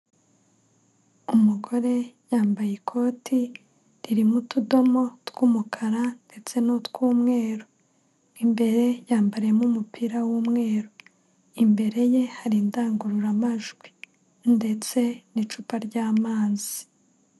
Umugore yambaye ikoti ririmo utudomo tw'umukara ndetse n'utw'umweru. Imbere yambariyemo umupira w'umweru. Imbere ye hari indangururamajwi ndetse n'icupa ry'amazi.